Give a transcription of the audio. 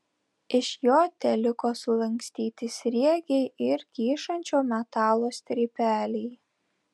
iš jo teliko sulankstyti sriegiai ir kyšančio metalo strypeliai